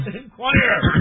Inquire